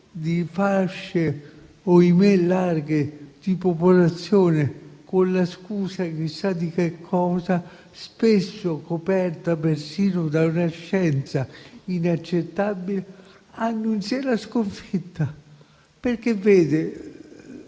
di fasce, ohimè, larghe di popolazione, con la scusa chissà di che cosa, spesso coperta persino da una scienza inaccettabile, hanno in sé la sconfitta. Vede,